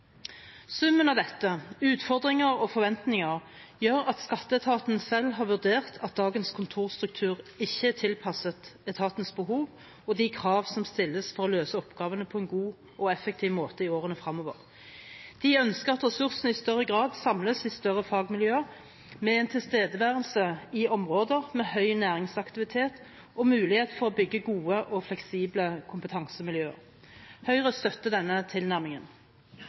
Summen av dette, utfordringer og forventninger, gjør at Skatteetaten selv har vurdert at dagens kontorstruktur ikke er tilpasset etatens behov og de krav som stilles for å løse oppgavene på en god og effektiv måte i årene fremover. De ønsker at ressursene i større grad samles i større fagmiljøer med en tilstedeværelse i områder med høy næringsaktivitet og mulighet for å bygge gode og fleksible kompetansemiljøer. Høyre støtter denne tilnærmingen.